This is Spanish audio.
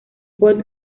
bot